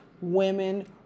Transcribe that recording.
women